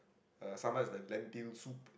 uh sambal is like Lentil soup